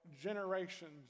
generations